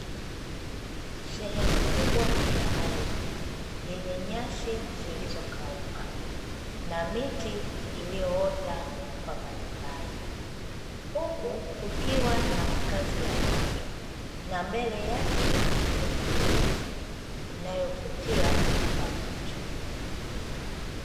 Sehemu kubwa ya ardhi yenye nyasi zilizokauka na miti iliyoota kwa mbalimbali, huku kukiwa na makazi ya watu, na mbele yake kuna milima inayovutia kwa macho.